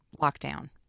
lockdown